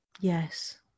yes